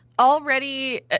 already